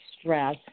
stress